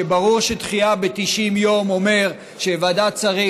שברור שדחייה ב-90 יום אומרת שוועדת שרים